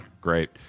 great